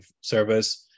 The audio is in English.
service